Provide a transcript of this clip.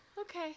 okay